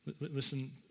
listen